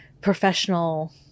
professional